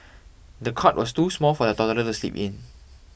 the cot was too small for the toddler to sleep in